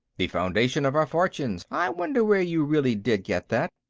the foundation of our fortunes i wonder where you really did get that.